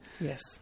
Yes